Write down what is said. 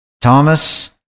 Thomas